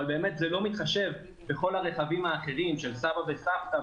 אבל זה לא מתחשב בכל הרכבים האחרים של סבא וסבתא,